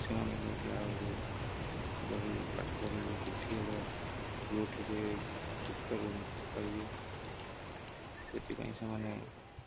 ସେମାନେ କେମିତି ଆଗକୁ ବଢ଼ି ପାଠ ପଢ଼ିବେ ବୃଦ୍ଧି ହେବ ଗ୍ରୋଥ୍ ହେବେ ଯୁକ୍ତରୁ ମୁକ୍ତ ପାଇବେ ସେଥିପାଇଁ ସେମାନେ